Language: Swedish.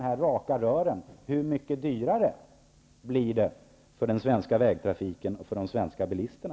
Hur mycket dyrare blir det med de här raka rören för den svenska vägtrafiken och de svenska bilisterna?